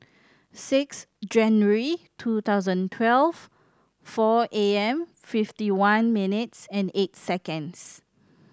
six January two thousand twelve four A M fifty one minutes and eight seconds